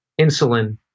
insulin